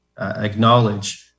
acknowledge